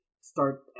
start